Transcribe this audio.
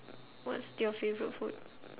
what's your favourite food